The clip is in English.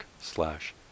slash